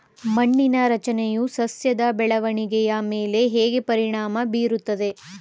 ಮಣ್ಣಿನ ರಚನೆಯು ಸಸ್ಯದ ಬೆಳವಣಿಗೆಯ ಮೇಲೆ ಹೇಗೆ ಪರಿಣಾಮ ಬೀರುತ್ತದೆ?